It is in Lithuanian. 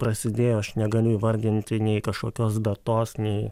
prasidėjo aš negaliu įvardinti nei kažkokios datos nei